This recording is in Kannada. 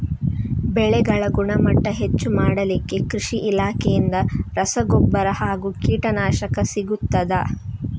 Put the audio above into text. ಬೆಳೆಗಳ ಗುಣಮಟ್ಟ ಹೆಚ್ಚು ಮಾಡಲಿಕ್ಕೆ ಕೃಷಿ ಇಲಾಖೆಯಿಂದ ರಸಗೊಬ್ಬರ ಹಾಗೂ ಕೀಟನಾಶಕ ಸಿಗುತ್ತದಾ?